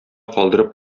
калдырып